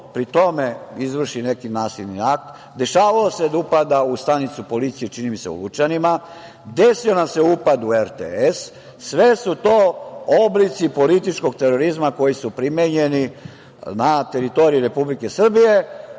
pri tome izvrši neki nasilni akt, dešavalo se da upada u stanicu policije, čini mi se u Lučanima, desio nam se upad u RTS. Sve su to oblici političkog terorizma koji su primenjeni na teritoriji Republike Srbije,